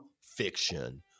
fiction